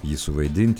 jį suvaidint